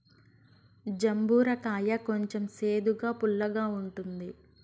జంబూర కాయ కొంచెం సేదుగా, పుల్లగా ఉంటుంది